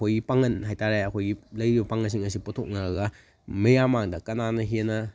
ꯑꯩꯈꯣꯏꯒꯤ ꯄꯥꯡꯒꯜ ꯍꯥꯏꯇꯥꯔꯦ ꯑꯩꯈꯣꯏꯒꯤ ꯂꯩꯔꯤꯕ ꯄꯥꯡꯒꯜꯁꯤꯡ ꯑꯁꯤ ꯄꯨꯊꯣꯛꯅꯔꯒ ꯃꯌꯥꯝ ꯃꯥꯡꯗ ꯀꯅꯥꯅ ꯍꯦꯟꯅ